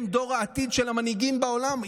הם דור העתיד של המנהיגים בעולם,